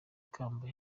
kamba